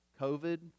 COVID